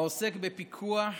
העוסק בפיקוח,